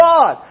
God